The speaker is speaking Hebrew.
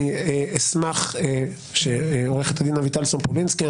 אני אשמח שעורכת הדין אביטל סומפולינסקי,